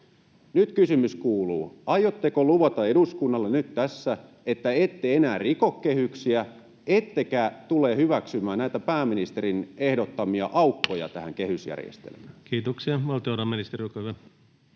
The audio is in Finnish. Nyt kysymys kuuluu: aiotteko luvata eduskunnalle nyt tässä, että ette enää riko kehyksiä ettekä tule hyväksymään näitä pääministerin ehdottamia aukkoja tähän kehysjärjestelmään? Vielä mikrofoni. Kiitoksia.